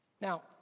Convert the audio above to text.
Now